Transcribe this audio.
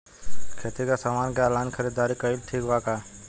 खेती के समान के ऑनलाइन खरीदारी कइल ठीक बा का?